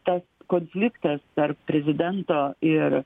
tas konfliktas tarp prezidento ir